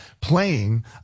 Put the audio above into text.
playing